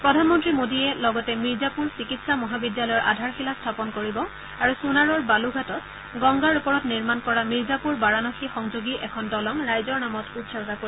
প্ৰধানমন্ত্ৰী মোদীয়ে লগতে মিৰ্জাপুৰ চিকিৎসা মহাবিদ্যালয়ৰ আধাৰশিলা স্থাপন কৰিব আৰু চুনাৰৰ বালুঘাটত গংগা নৈৰ ওপৰত নিৰ্মণ কৰা মিৰ্জাপুৰ বাৰাণসী সংযোগী এখন দলং ৰাইজৰ নামত উৎসৰ্গা কৰিব